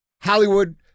Hollywood